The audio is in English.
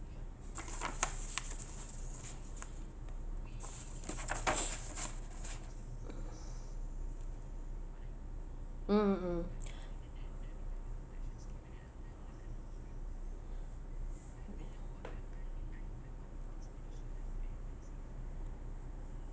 mm mm mm